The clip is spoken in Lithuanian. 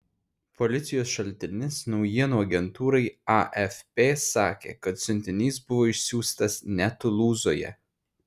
policijos šaltinis naujienų agentūrai afp sakė kad siuntinys buvo išsiųstas ne tulūzoje